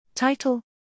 Title